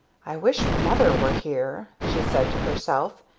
i wish mother were here! she said to herself.